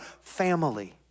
family